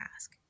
ask